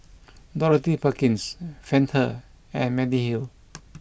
Dorothy Perkins Fanta and Mediheal